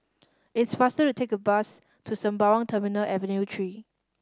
it's faster to take the bus to Sembawang Terminal Avenue Three